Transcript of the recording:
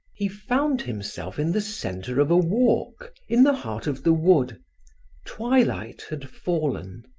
he found himself in the center of a walk, in the heart of the wood twilight had fallen.